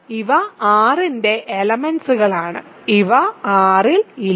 ഇവ R ന്റെ എലെമെന്റ്സ്കളാണ് ഇവ R ൽ ഇല്ല